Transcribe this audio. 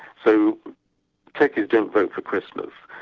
so turkeys don't vote for christmas,